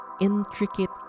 intricate